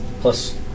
Plus